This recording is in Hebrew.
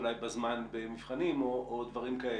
אולי בזמן במבחנים או דברים כאלה.